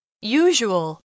Usual